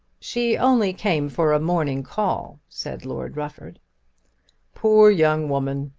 she only came for a morning call, said lord rufford poor young woman.